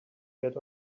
get